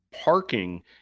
parking